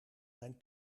zijn